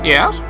Yes